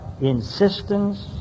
insistence